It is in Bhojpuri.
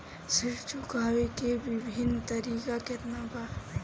ऋण चुकावे के विभिन्न तरीका केतना बा?